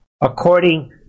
According